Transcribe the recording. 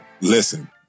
listen